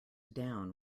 down